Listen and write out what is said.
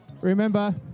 remember